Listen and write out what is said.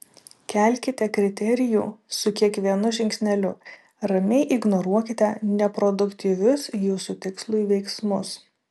kelkite kriterijų su kiekvienu žingsneliu ramiai ignoruokite neproduktyvius jūsų tikslui veiksmus